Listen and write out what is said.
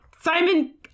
Simon